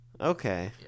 okay